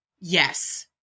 Yes